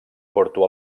porto